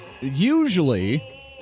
Usually